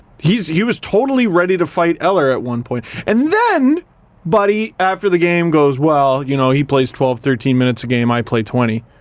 he was totally ready to fight eller at one point and then buddy after the game goes well, you know, he plays twelve thirteen minutes a game i play twenty.